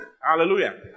Hallelujah